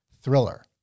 Thriller